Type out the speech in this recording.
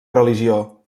religió